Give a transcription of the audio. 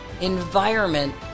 Environment